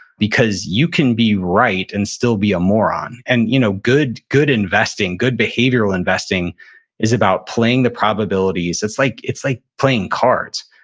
because you can be right and still be a moron and you know good good investing, good behavioral investing is about playing the probabilities. it's like like playing cards.